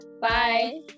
Bye